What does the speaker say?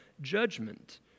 judgment